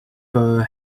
fur